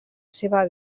seva